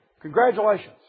Congratulations